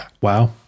Wow